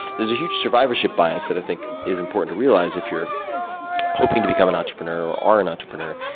there's a huge survivorship bias, that i think it's important to realize, if you're hoping to become an entrepreneur, or are an entrepreneur.